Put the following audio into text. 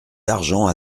d’argent